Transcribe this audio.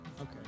Okay